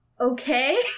okay